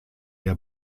der